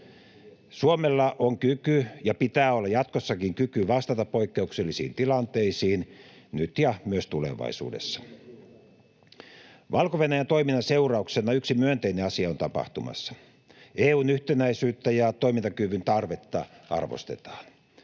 Suomella on kyky ja pitää olla jatkossakin kyky vastata poikkeuksellisiin tilanteisiin nyt ja myös tulevaisuudessa. Valko-Venäjän toiminnan seurauksena yksi myönteinen asia on tapahtumassa: EU:n yhtenäisyyttä ja toimintakyvyn tarvetta arvostetaan.